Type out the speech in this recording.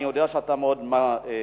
אני יודע שאתה מתמיד.